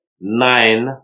nine